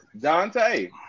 Dante